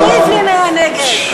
רובי ריבלין היה נגד.